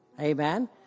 Amen